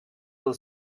del